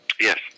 Yes